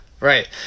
Right